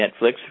netflix